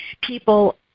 people